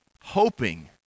hoping